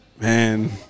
Man